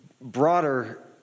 broader